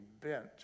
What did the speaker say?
bent